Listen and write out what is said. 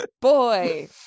Boy